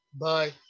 Bye